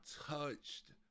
touched